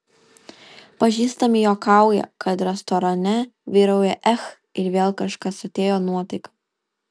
pažįstami juokauja kad restorane vyrauja ech ir vėl kažkas atėjo nuotaika